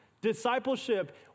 discipleship